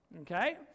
Okay